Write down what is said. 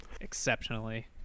exceptionally